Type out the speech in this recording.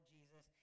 Jesus